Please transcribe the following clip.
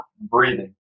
breathing